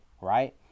right